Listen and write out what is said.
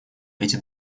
эти